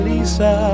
Lisa